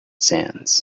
sands